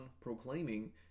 proclaiming